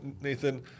Nathan